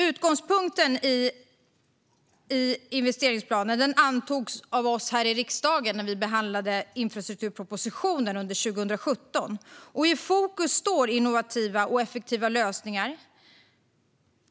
Utgångspunkten i investeringsplanen antogs av riksdagen när vi behandlade infrastrukturpropositionen under 2017. I fokus står innovativa och effektiva lösningar.